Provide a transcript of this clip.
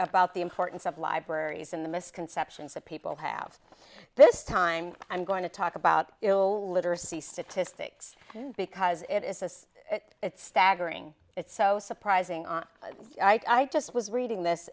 about the importance of libraries in the misconceptions that people have this time i'm going to talk about literacy statistics because it is this it's staggering it's so surprising on i just was reading this